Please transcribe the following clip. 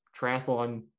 triathlon